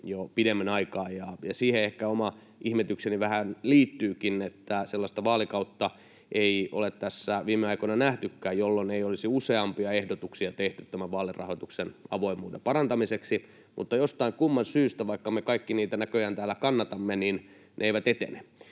jo pidemmän aikaa, ja siihen ehkä oma ihmetykseni vähän liittyykin, että sellaista vaalikautta ei ole tässä viime aikoina nähtykään, jolloin ei olisi useampia ehdotuksia tehty vaalirahoituksen avoimuuden parantamiseksi, mutta jostain kumman syystä, vaikka me kaikki niitä näköjään täällä kannatamme, ne eivät etene.